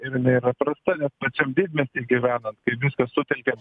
ir jinai yra prasta nes pačiam didmiesty gyvenant kai viską sutelkia